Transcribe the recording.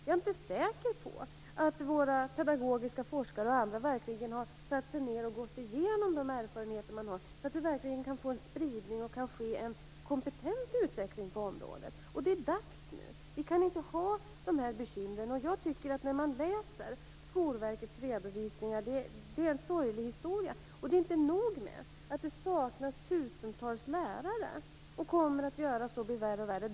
Jag är inte säker på att våra pedagogiska forskare och andra verkligen har satt sig ned och gått igenom de erfarenheter man har, så att det här verkligen kan få en spridning, och så att det kan ske en kompetent utveckling på området. Det är dags nu. Vi kan inte ha de här bekymren. Jag tycker att det är en sorglig historia när man läser Skolverkets redovisningar. Det är inte nog med att det saknas tusentals lärare och att det kommer att bli värre och värre.